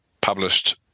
published